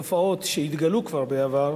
לגבי תופעות שהתגלו כבר בעבר